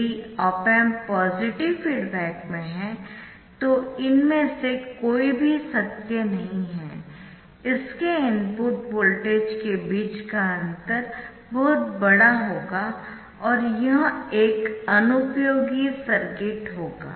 यदि op amp positive feedback में है तो इनमें से कोई भी सत्य नहीं है इसके इनपुट वोल्टेज के बीच का अंतर बहुत बड़ा होगा और यह एक अनुपयोगी सर्किट होगा